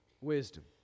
wisdom